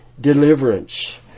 Deliverance